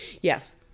Yes